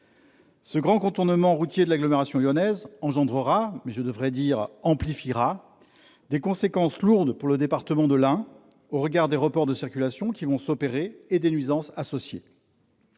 un grand contournement routier de l'agglomération lyonnaise, lequel engendrera- mais je devrais dire « amplifiera » -des conséquences lourdes pour le département de l'Ain au regard des reports de circulation qui vont s'opérer et des nuisances associées.